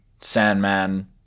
Sandman